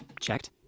Checked